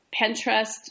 Pinterest